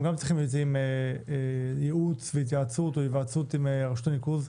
הם גם צריכים ייעוץ והתייעצות או היוועצות עם רשות הניקוז.